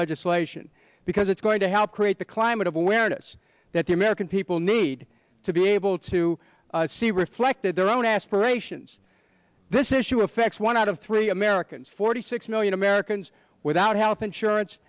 legislation because it's going to help create the climate of awareness that the american people need to be able to see reflected their own aspirations this issue affects one out of three americans forty six million americans without health insurance